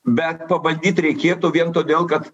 bet pabandyt reikėtų vien todėl kad